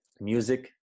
music